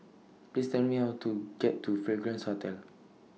Please Tell Me How to get to Fragrance Hotel